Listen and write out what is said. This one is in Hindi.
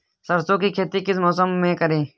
सरसों की खेती किस मौसम में करें?